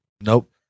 Nope